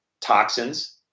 toxins